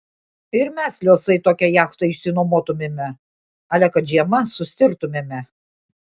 ir mes liuosai tokią jachtą išsinuomotumėme ale kad žiema sustirtumėme